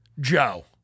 Joe